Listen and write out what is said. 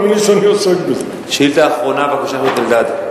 אני עוסק בזה בשעות שאני לא נמצא פה.